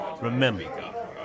Remember